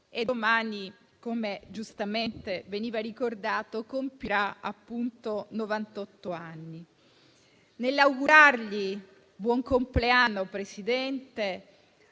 e domani, come giustamente veniva ricordato, compirà novantotto anni. Nell'augurargli buon compleanno e nel